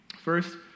First